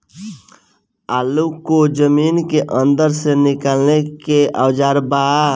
आलू को जमीन के अंदर से निकाले के का औजार बा?